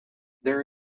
there